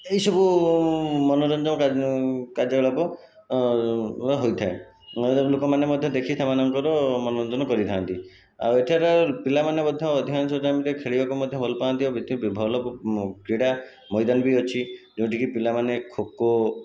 ଏହି ସବୁ ମନୋରଞ୍ଜନ କାର୍ଯ୍ୟକଳାପ ହୋଇଥାଏ ଲୋକମାନେ ମଧ୍ୟ ଦେଖି ସେମାନଙ୍କର ମନୋରଞ୍ଜନ କରିଥାନ୍ତି ଆଉ ଏଠାରେ ପିଲାମାନେ ମଧ୍ୟ ଆଧିକାଂଶ ଟାଇମରେ ଖେଳିବାକୁ ମଧ୍ୟ ଭଲ ପାଆନ୍ତି ଆଉ ଭଲ କ୍ରୀଡ଼ା ମଇଦାନ ବି ଅଛି ଯେଉଁଠିକି ପିଲାମାନେ ଖୋକୋ